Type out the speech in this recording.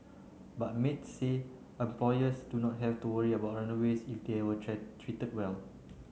but maids say employers do not have to worry about runaways if they are treated well